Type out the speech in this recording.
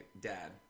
dad